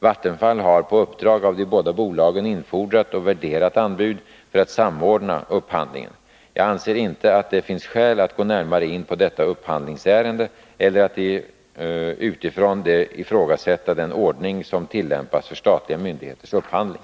Vattenfall har på uppdrag av de båda bolagen infordrat och värderat anbud för att samordna upphandlingen. Jag anser inte att det finns skäl att gå närmare in på detta upphandlingsärende eller att utifrån det ifrågasätta den ordning som tillämpas för statliga myndigheters upphandling.